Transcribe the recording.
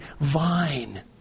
vine